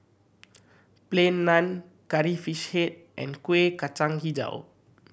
Plain Naan Curry Fish Head and Kueh Kacang Hijau